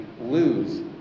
lose